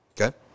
Okay